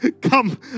come